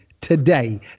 today